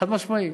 חד-משמעית.